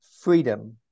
freedom